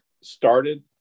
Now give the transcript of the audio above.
started